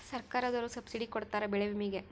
ಸರ್ಕಾರ್ದೊರು ಸಬ್ಸಿಡಿ ಕೊಡ್ತಾರ ಬೆಳೆ ವಿಮೆ ಗೇ